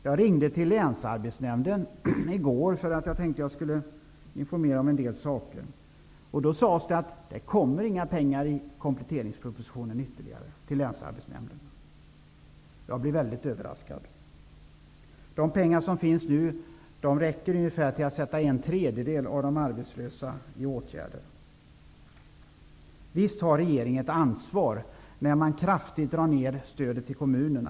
Jag ringde till Länsarbetsnämnden i går för att informera mig om en del saker. Då sades det att det inte kommer några ytterligare pengar till Länsarbetsnämnden i kompletteringspropositionen. Jag blev väldigt överraskad. De pengar som nu finns räcker ungefär till att sätta en tredjedel av de arbetslösa i åtgärder. Visst har regeringen ett ansvar när man kraftigt drar ner stödet till kommunerna.